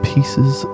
Pieces